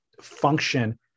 function